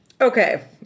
Okay